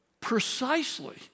Precisely